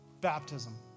baptism